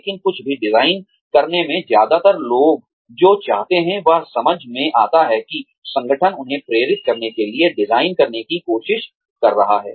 लेकिन कुछ भी डिजाइन करने में ज्यादातर लोग जो चाहते हैं वह समझ में आता है कि संगठन उन्हें प्रेरित करने के लिए डिजाइन करने की कोशिश कर रहा है